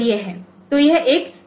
तो यह एक साइन बिट है